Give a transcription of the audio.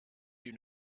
you